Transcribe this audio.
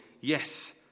yes